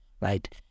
right